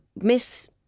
miss